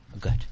Good